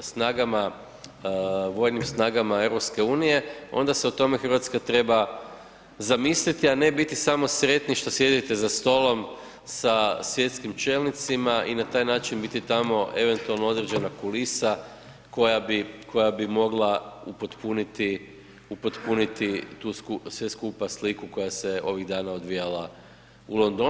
snagama, vojnim snagama EU onda se o tome Hrvatska treba zamisliti, a ne biti samo sretni što sjedite sa stolom sa svjetskim čelnicima i na taj način biti tamo eventualno određena kulisa koja bi mogla upotpuniti tu sve skupa sliku koja se ovih dana odvijala u Londonu.